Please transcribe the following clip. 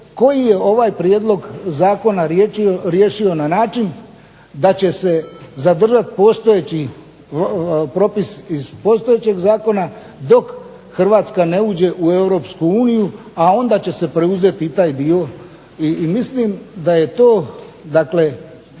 koji je ovaj prijedlog zakona riješio na način da će se zadržati postojeći propis iz postojećeg zakona dok HRvatska ne uđe u EU, a onda će se preuzeti i taj dio. I mislim da je to